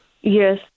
Yes